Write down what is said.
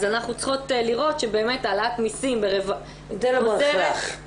אז אנחנו צריכות לראות שבאמת העלאת מסים עוזרת --- לא בהכרח.